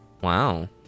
Wow